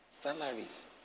Salaries